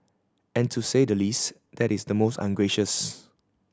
and to say the least that is the most ungracious